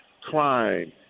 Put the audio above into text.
crime